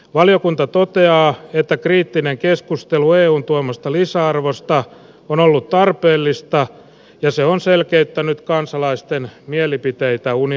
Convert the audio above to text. valiokunta toteaa että kriittinen keskustelu eun tuomasta lisäarvosta on ollut tarpeellista ja se on selkeyttänyt kansalaisten mielipiteitä unionista